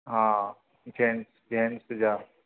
हा जेंस जेंस जा